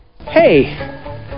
Hey